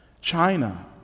China